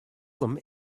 them